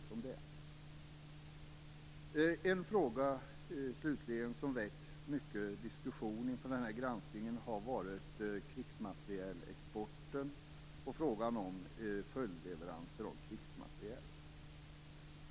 Slutligen vill jag ta upp en fråga som har väckt mycket diskussion inför den här granskningen. Det är krigsmaterielexporten och frågan om följdleveranser av krigsmateriel.